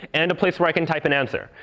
and a place where i can type an answer.